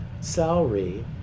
salary